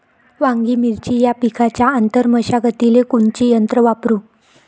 वांगे, मिरची या पिकाच्या आंतर मशागतीले कोनचे यंत्र वापरू?